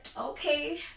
okay